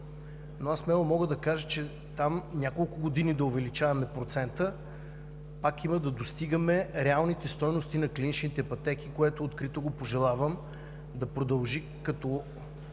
но аз смело мога да кажа, че там няколко години да увеличаваме процента пак има да достигаме реалните стойности на клиничните пътеки, което открито пожелавам да продължи в диалога